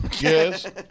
yes